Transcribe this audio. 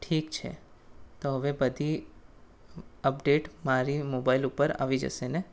ઠીક છે તો હવે બધી અપડેટ મારી મોબાઈલ ઉપર આવી જશે ને